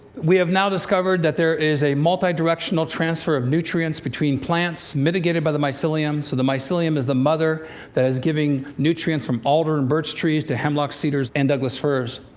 we have now discovered that there is a multi-directional transfer of nutrients between plants, mitigated by the mcyelium so the mycelium is the mother that is giving nutrients from alder and birch trees to hemlocks, cedars and douglas firs.